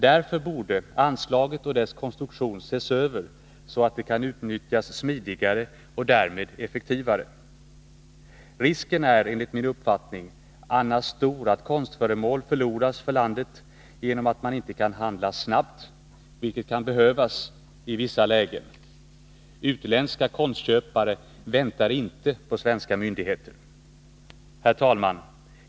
Därför borde anslaget och dess konstruktion ses över, så att det kan utnyttjas smidigare och därmed effektivare. Risken är annars enligt min uppfattning stor att konstföremål förloras för landet genom att man inte kan handla snabbt, vilket kan behövas i vissa lägen. Utländska konstköpare väntar inte på svenska myndigheter. Herr talman!